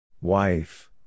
Wife